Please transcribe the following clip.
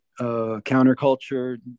counterculture